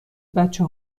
بچه